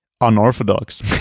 unorthodox